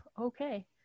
Okay